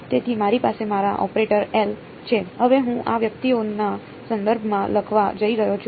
તેથી મારી પાસે મારા ઓપરેટર L છે હવે હું આ વ્યક્તિઓના સંદર્ભમાં લખવા જઈ રહ્યો છું